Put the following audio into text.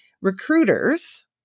recruiters